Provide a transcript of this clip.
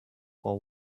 while